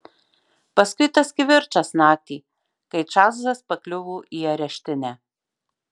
paskui tas kivirčas naktį kai čarlzas pakliuvo į areštinę